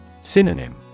Synonym